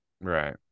right